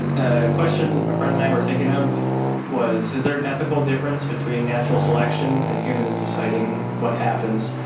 a question a friend and i were thinking of was, is there an ethical difference between natural selection and humans deciding what happens?